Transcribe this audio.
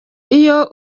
iyo